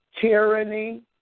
tyranny